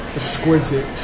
Exquisite